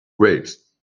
grapes